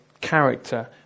character